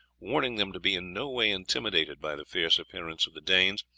warning them to be in no way intimidated by the fierce appearance of the danes,